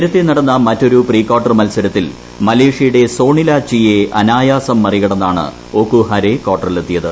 നേരത്തെ നടന്ന മറ്റൊരു പ്രീ ക്വാർട്ടർ മൽസരത്തിൽ മലേഷ്യയുടെ സോണില ചീ യെ അനായാസം മറികടന്നാണ് ഒകുഹാരെ കാർട്ടറിലെത്തിയത്